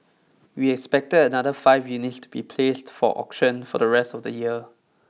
we expected another five units to be placed for auction for the rest of the year